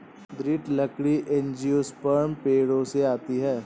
दृढ़ लकड़ी एंजियोस्पर्म पेड़ों से आती है